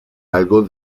algo